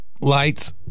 Lights